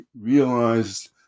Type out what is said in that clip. realized